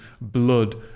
blood